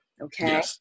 Okay